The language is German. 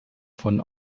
von